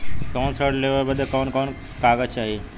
ऋण लेवे बदे कवन कवन कागज चाही?